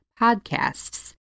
podcasts